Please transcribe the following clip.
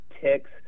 ticks